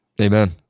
Amen